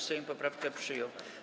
Sejm poprawkę przyjął.